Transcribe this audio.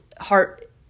heart